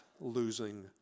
losing